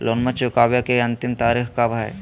लोनमा चुकबे के अंतिम तारीख कब हय?